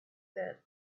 that